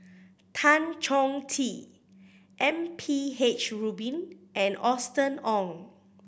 Tan Chong Tee M P H Rubin and Austen Ong